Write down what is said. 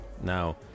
Now